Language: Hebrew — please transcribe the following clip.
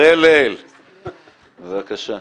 בבקשה.